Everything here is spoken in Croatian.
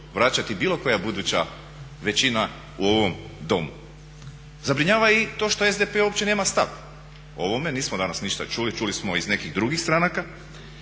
vraćati bilo koja buduća većina u ovom Domu. Zabrinjava i to što SDP uopće nema stav o ovome, nismo danas ništa čuli. Čuli smo iz nekih drugih stranaka.